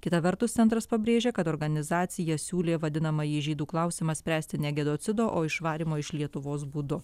kita vertus centras pabrėžia kad organizacija siūlė vadinamąjį žydų klausimą spręsti ne genocido o išvarymo iš lietuvos būdu